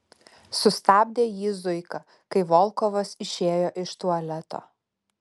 sustabdė jį zuika kai volkovas išėjo iš tualeto